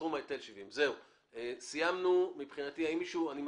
סכום ההיטל הוא 70,000. אני מזכיר